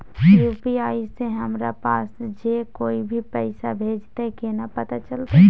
UPI से हमरा पास जे कोय भी पैसा भेजतय केना पता चलते?